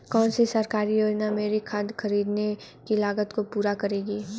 कौन सी सरकारी योजना मेरी खाद खरीदने की लागत को पूरा करेगी?